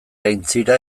aintzira